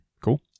Cool